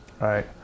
right